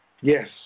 Yes